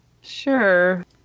Sure